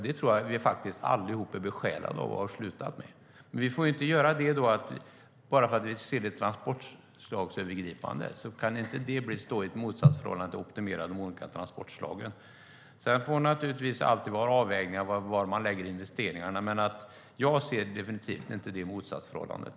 Det tror jag faktiskt att vi allihop är inställda på och har slutat med. Men att vi ser det transportslagsövergripande kan inte stå i motsatsförhållande till att optimera de olika transportslagen. Det måste naturligtvis alltid vara en avvägning var man lägger investeringarna. Men jag ser definitivt inte det motsatsförhållandet.